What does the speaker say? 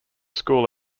school